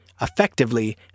effectively